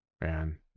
Man